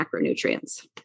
macronutrients